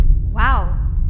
Wow